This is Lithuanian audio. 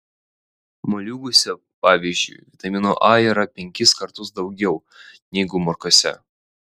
moliūguose pavyzdžiui vitamino a yra penkis kartus daugiau negu morkose